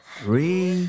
three